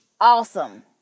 awesome